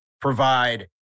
provide